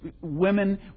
women